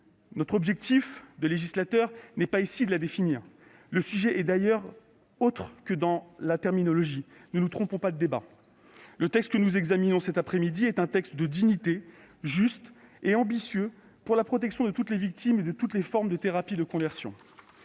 Notre objectif de législateur n'est pas ici de la définir. Le sujet ne relève pas de la terminologie : ne nous trompons pas de débat. La proposition de loi que nous examinons cette après-midi est un texte de dignité, juste et ambitieux pour la protection de toutes les victimes de toutes les formes de thérapies de conversion.